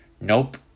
Nope